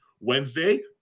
Wednesday